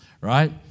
Right